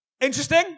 Interesting